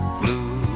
blue